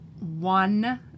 One